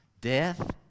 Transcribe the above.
Death